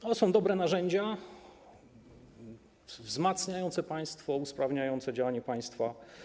To są dobre narzędzia wzmacniające państwo, usprawniające działanie państwa.